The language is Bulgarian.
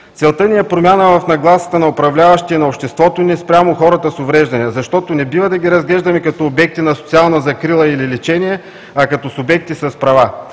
Целта ни е промяна в нагласата на управляващите и на обществото ни спрямо хората с увреждания, защото не бива да ги разглеждаме като обекти на социална закрила или лечение, а като субекти с права.